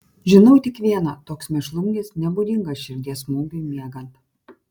žinau tik viena toks mėšlungis nebūdingas širdies smūgiui miegant